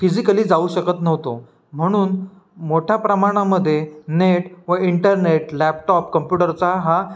physically जाऊ शकत नव्हतो म्हणून मोठ्या प्रमाणामध्ये नेट व इंटरनेट लॅपटॉप कंप्युटरचा हा